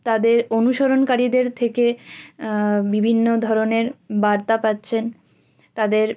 তাদের অনুসরণকারীদের থেকে বিভিন্ন ধরনের বার্তা পাচ্ছেন তাদের